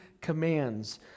commands